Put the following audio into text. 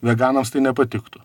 veganams tai nepatiktų